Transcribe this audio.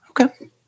Okay